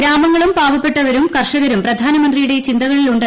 ഗ്രാമങ്ങളും പാവപ്പെട്ടവരും കർഷകരും പ്രധാനമന്ത്രിയു്ടെ ചിന്തകളിലുണ്ട്